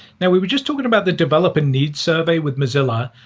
now, we were just talking about the developer needs survey with mozilla.